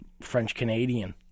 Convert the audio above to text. French-Canadian